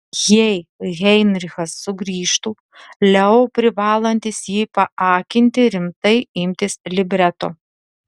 jei heinrichas sugrįžtų leo privalantis jį paakinti rimtai imtis libreto